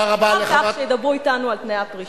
אחר כך שידברו אתנו על תנאי הפרישה.